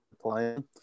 playing